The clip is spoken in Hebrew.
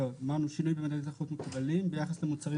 אמרנו - "שינוי במדדי תחרות מקובלים ביחס למוצרים